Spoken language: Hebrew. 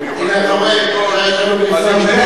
הוא מיוחס ללוי אשכול,